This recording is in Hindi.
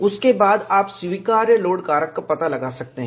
उसके बाद आप स्वीकार्य लोड कारक का पता लगा सकते हैं